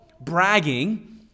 bragging